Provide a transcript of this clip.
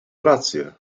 rację